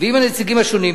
ועם הנציגים השונים,